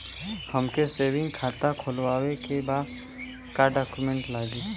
हमके सेविंग खाता खोलवावे के बा का डॉक्यूमेंट लागी?